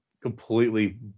completely